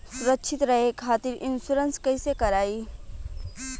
सुरक्षित रहे खातीर इन्शुरन्स कईसे करायी?